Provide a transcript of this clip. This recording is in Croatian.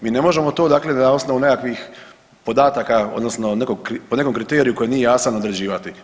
Mi ne možemo to dakle na osnovu nekakvih podataka odnosno po nekom kriteriju koji nije jasan određivati.